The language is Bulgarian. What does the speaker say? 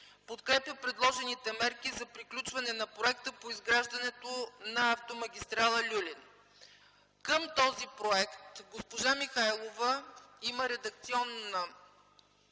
Подкрепя предложените мерки за приключване на проекта по изграждане на автомагистрала „Люлин”.” Към този проект госпожа Михайлова има редакционна